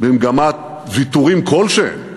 למגמת ויתורים כלשהם,